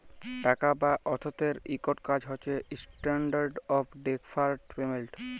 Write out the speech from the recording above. টাকা বা অথ্থের ইকট কাজ হছে ইস্ট্যান্ডার্ড অফ ডেফার্ড পেমেল্ট